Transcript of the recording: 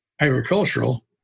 Agricultural